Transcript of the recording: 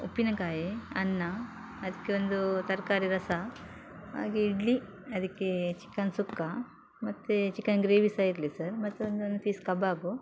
ಉಪ್ಪಿನಕಾಯಿ ಅನ್ನ ಅದಕ್ಕೆ ಒಂದು ತರಕಾರಿ ರಸ ಹಾಗೆ ಇಡ್ಲಿ ಅದಕ್ಕೆ ಚಿಕನ್ ಸುಕ್ಕ ಮತ್ತು ಚಿಕನ್ ಗ್ರೇವಿ ಸಹ ಇರಲಿ ಸರ್ ಮತ್ತೊಂದು ಒಂದು ಪೀಸ್ ಕಬಾಬ್